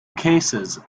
cases